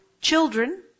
children